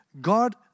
God